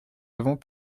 avons